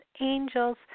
angels